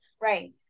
right